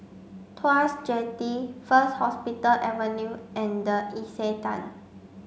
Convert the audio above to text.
Tuas Jetty First Hospital Avenue and The Istana